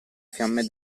fiamme